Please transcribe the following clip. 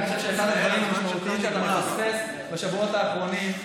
אני חושב שאחד הדברים המשמעותיים שאתה מפספס בשבועות האחרונים,